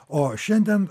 o šiandien